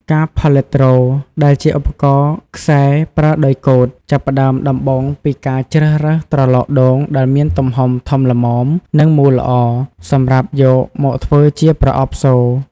ការផលិត ទ្រ ដែលជាឧបករណ៍ខ្សែប្រើដោយកូត ចាប់ផ្ដើមដំបូងពីការជ្រើសរើសត្រឡោកដូងដែលមានទំហំធំល្មម និងមូលល្អ សម្រាប់យកមកធ្វើជាប្រអប់សូរ។